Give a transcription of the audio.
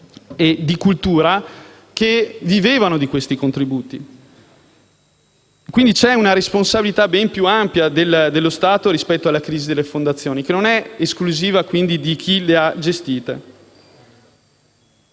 e culturali, che vivevano di questi contributi. Pertanto, c'è una responsabilità ben più ampia dello Stato nella crisi delle fondazioni, che quindi non è esclusiva di chi le ha gestite.